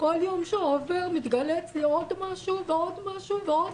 כל יום שעובר מתגלה אצלי עוד משהו ועוד משהו ועוד